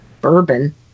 bourbon